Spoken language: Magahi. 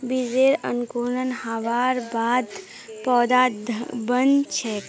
बीजेर अंकुरण हबार बाद पौधा बन छेक